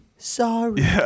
Sorry